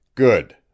good